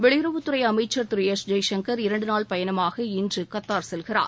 வெளியுறவுத்துறை அமைச்சர் திரு எஸ் ஜெய்சங்கர் இரண்டு நாள் பயணமாக இன்று கத்தார் செல்கிறார்